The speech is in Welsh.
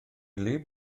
wlyb